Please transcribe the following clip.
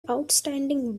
outstanding